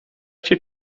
cię